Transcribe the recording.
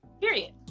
period